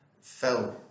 fell